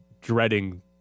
dreading